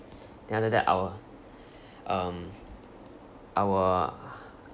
then after that I will um I will